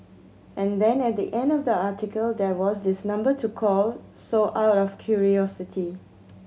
and then at the end of the article there was this number to call so out of curiosity